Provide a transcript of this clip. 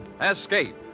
Escape